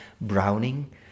browning